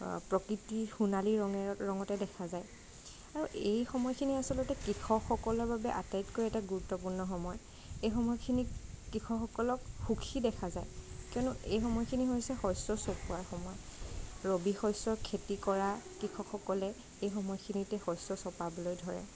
প্ৰকৃতি সোণালী ৰঙ ৰঙতে দেখা যায় আৰু এই সময়খিনি আচলতে কৃসকসকলৰ বাবে আটাইতকৈ গুৰুত্বপূৰ্ণ সময় এই সময়খিনিক কৃষকসকলক সুখী দেখা যায় কিয়নো এই সময়খিনি হৈছে শস্য় চপোৱা সময় ৰবি শস্য় খেতি কৰা কৃষকসকলে এই সময়খিনিতে শস্য় চপাবলৈ ধৰে